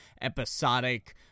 episodic